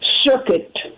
circuit